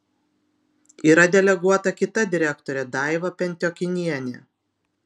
yra deleguota kita direktorė daiva pentiokinienė